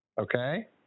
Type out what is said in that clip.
Okay